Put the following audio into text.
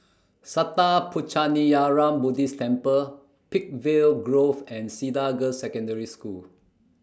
Sattha Puchaniyaram Buddhist Temple Peakville Grove and Cedar Girls' Secondary School